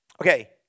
Okay